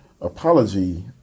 apology